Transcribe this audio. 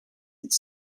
het